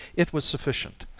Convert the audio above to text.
it was sufficient.